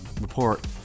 report